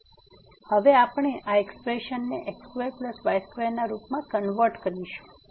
તેથી હવે આપણે આ એક્સપ્રેસન ને x2y2 ના રૂપમાં કન્વર્ટ કરીશું